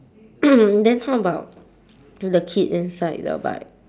then how about the kid inside the bike